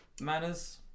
Manners